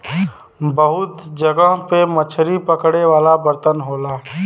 बहुत जगह पे मछरी पकड़े वाला बर्तन होला